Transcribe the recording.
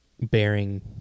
bearing